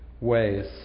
ways